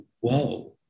whoa